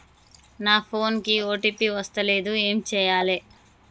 నా ఫోన్ కి ఓ.టీ.పి వస్తలేదు ఏం చేయాలే?